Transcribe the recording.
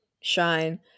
shine